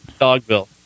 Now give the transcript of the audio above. Dogville